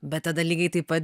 bet tada lygiai taip pat